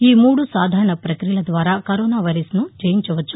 ఈ మూడు సాధారణ పక్రియల ద్వారా కరోనా వైరస్ను జయించవచ్చు